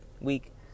week